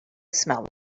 smell